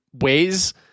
ways